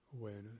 awareness